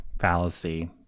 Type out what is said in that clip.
fallacy